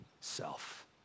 self